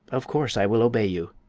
of course i will obey you,